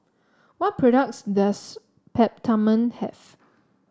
what products does Peptamen have